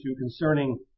concerning